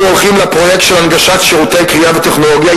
אנחנו הולכים לפרויקט של הנגשת שירותי קריאה וטכנולוגיה,